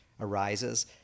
arises